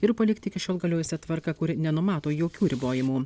ir palikti iki šiol galiojusią tvarką kuri nenumato jokių ribojimų